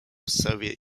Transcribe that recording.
soviet